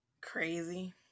crazy